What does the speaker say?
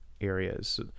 areas